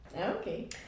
Okay